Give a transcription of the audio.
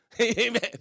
Amen